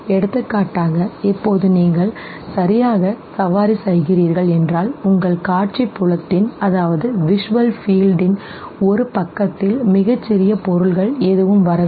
எடுத்துக்காட்டாக இப்போது நீங்கள் சரியாக சவாரி செய்கிறீர்கள் என்றால் உங்கள் காட்சி புலத்தின் ஒரு பக்கத்தில் மிகச்சிறிய பொருள்கள் எதுவும் வரவில்லை